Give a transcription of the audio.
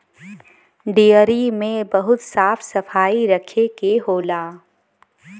dairy में बहुत साफ सफाई रखे के होला